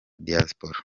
diaspora